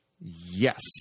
yes